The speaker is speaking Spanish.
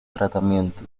tratamiento